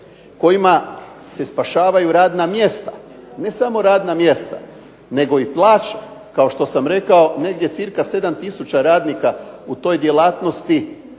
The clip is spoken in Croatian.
kojima se spašavaju radna mjesta, ne samo radna mjesta nego i plaće. Kao što sam rekao negdje cca 7 tisuća radnika u toj djelatnosti